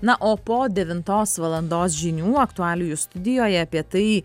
na o po devintos valandos žinių aktualijų studijoje apie tai